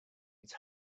its